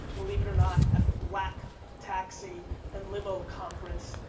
believe it or not, at the black taxi and limo conference,